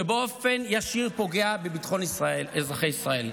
שבאופן ישיר פוגע בביטחון אזרחי ישראל.